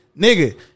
Nigga